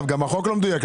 גם החוק לא מדויק,